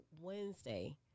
Wednesday